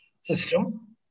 system